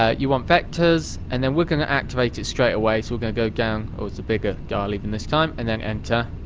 ah you want vectors and then we're gonna activate it straight away, so we're gonna go down oh it's the bigger dial even this time. and then enter,